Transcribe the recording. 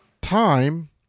Time